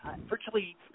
virtually